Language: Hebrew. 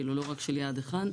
לא רק של יעד אחד,